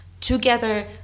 together